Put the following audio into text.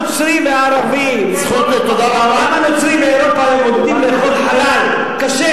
בעולם כולו מעודדים לאכול כשר,